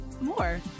more